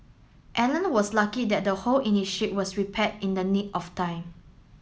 Alan was lucky that the hole in his ship was repaired in the nick of time